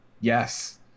Yes